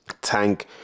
Tank